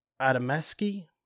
Adamaski